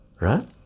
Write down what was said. right